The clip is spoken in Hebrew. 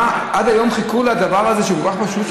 עד היום חיכו לדבר הזה שהוא כל כך פשוט,